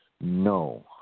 no